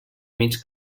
mig